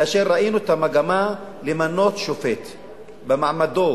כאשר ראינו את המגמה למנות שופט במעמדו,